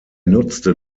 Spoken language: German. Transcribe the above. nutzte